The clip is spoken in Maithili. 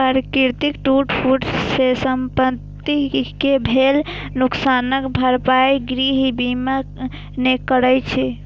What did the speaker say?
प्राकृतिक टूट फूट सं संपत्ति कें भेल नुकसानक भरपाई गृह बीमा नै करै छै